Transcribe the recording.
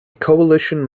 coalition